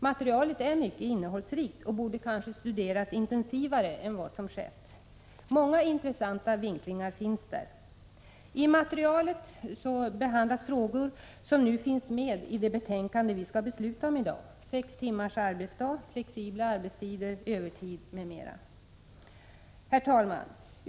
Materialet är mycket inne hållsrikt och borde kanske studeras intensivare än vad som skett. Många intressanta vinklingar finns där. I materialet behandlas frågor som nu finns med i det betänkande vi skall besluta om i dag — sex timmars arbetsdag, flexibla arbetstider, övertid m.m. Herr talman!